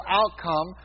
outcome